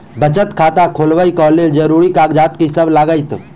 बचत खाता खोलाबै कऽ लेल जरूरी कागजात की सब लगतइ?